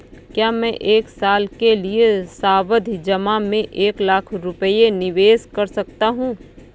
क्या मैं एक साल के लिए सावधि जमा में एक लाख रुपये निवेश कर सकता हूँ?